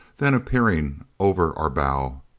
then appearing over our bow.